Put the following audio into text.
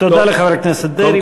תודה לחבר הכנסת דרעי.